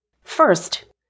First